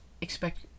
expect